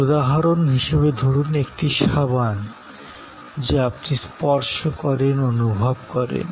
উদাহরণ হিসেবে ধরুন একটি সাবান যা আপনি স্পর্শ করেন অনুভব করেন